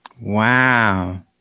Wow